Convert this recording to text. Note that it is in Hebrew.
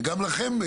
גם לכם,